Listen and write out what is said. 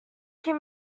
can